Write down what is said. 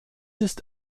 ist